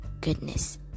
goodness